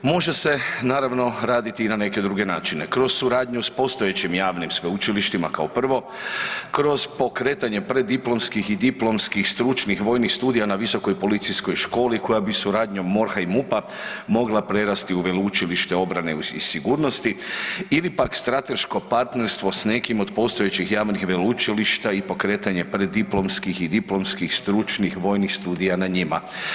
Može se naravno raditi i na neke druge načine kroz suradnju s postojećim javnim sveučilištima kao prvo, kroz pokretanje preddiplomskih i diplomskih stručnih vojnih studija na Visokoj policijskoj školi koja bi suradnjom MORH-a i MUP-a mogla prerasti u veleučilište obrane i sigurnosti ili pak strateško partnerstvo s nekim od postojećih javnih veleučilišta i pokretanje preddiplomskih i diplomskih stručnih vojnih studija na njima.